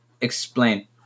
Explain